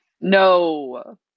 No